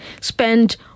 spend